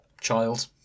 child